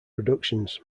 productions